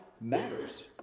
matters